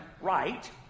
right